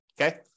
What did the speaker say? Okay